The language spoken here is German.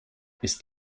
ist